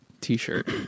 t-shirt